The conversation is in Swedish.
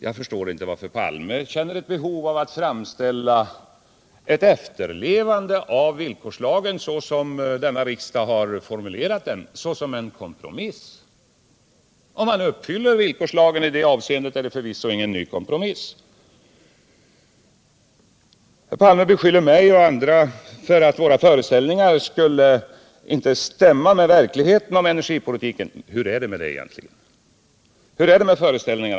Jag förstår inte varför herr Palme känner ett behov av att framställa ett efterlevande av villkorslagen med det innehåll denna riksdag har givit den som en kompromiss. Om man uppfyller villkorslagen i det avseendet innebär det förvisso ingen kompromiss. Herr Palme beskyller mig och andra för att ge föreställningar om energipolitiken som inte stämmer med verkligheten. Men hur förhåller det sig när det gäller sådana föreställningar?